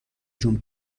جون